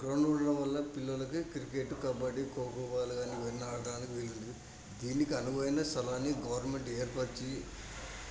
ground ఉండడం వల్ల పిల్లోళ్ళకి క్రికెట్టు కబడ్డీ కోకో బాల్ కానీ ఇవన్నీ ఆడడానికి వీలుంటుంది దీనికి అనువైన స్థలాన్ని గవర్నమెంట్ ఏర్పర్చి